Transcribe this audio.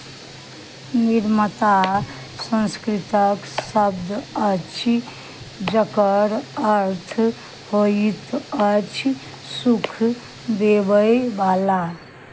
नर्मदा संस्कृतक शब्द अछि जकर अर्थ होइत अछि सुख देबयवला